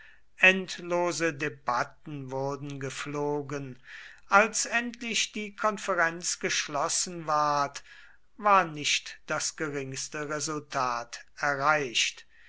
endlose debatten wurden gepflogen als endlich die konferenz geschlossen ward war nicht das geringste resultat erreicht